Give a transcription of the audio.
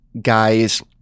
guys